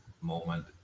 moment